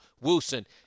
Wilson